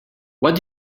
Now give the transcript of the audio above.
what